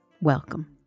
Welcome